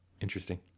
interesting